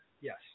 Yes